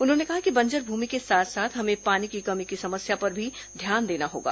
उन्होंने कहा कि बंजर भूमि के साथ साथ हमें पानी की कमी की समस्या पर भी ध्यान देना होगा